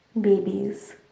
babies